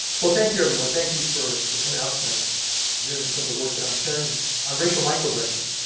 well thank you everyone. thank you for for coming out tonight and hearing some of work that i'm sharing on racial microaggressions.